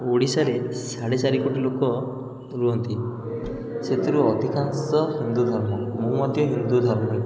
ଓଡ଼ିଶାରେ ସାଢ଼େ ଚାରି କୋଟି ଲୋକଙ୍କ ରୁହନ୍ତି ସେଥିରୁ ଅଧିକାଂଶ ହିନ୍ଦୁଧର୍ମ ମୁଁ ମଧ୍ୟ ହିନ୍ଦୁଧର୍ମୀ